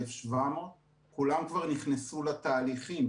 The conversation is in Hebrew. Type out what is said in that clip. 1,700. כולם כבר נכנסו לתהליכים.